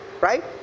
right